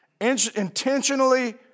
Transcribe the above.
Intentionally